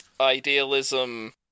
idealism